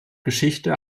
geschichte